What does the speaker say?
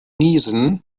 niesen